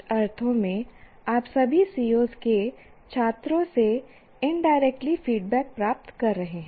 कुछ अर्थों में आप सभी COs के छात्रों से इनडायरेक्टली फीडबैक प्राप्त कर रहे हैं